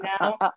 now